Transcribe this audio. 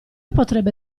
potrebbe